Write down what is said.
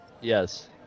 Yes